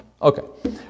Okay